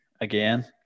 again